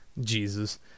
Jesus